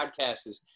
podcasts